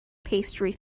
pastry